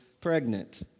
pregnant